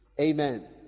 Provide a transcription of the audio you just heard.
Amen